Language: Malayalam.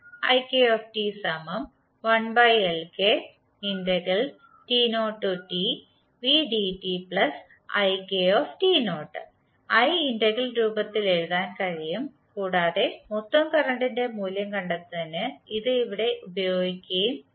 i ഇന്റഗ്രൽ രൂപത്തിൽ എഴുതാൻ കഴിയും കൂടാതെ മൊത്തം കറന്റിന്റെ മൂല്യം കണ്ടെത്തുന്നതിന് ഇത് ഇവിടെ ഉപയോഗിക്കുകയും ചെയ്തു